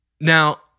Now